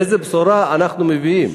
איזו בשורה אנחנו מביאים?